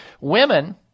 women